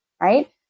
right